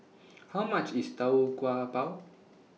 How much IS Tau Kwa Pau